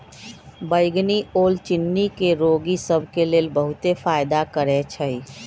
बइगनी ओल चिन्नी के रोगि सभ के लेल बहुते फायदा करै छइ